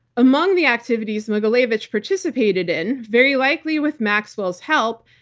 among the activities mogilevich participated in, very likely with maxwell's help,